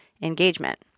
engagement